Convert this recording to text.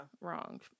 Wrong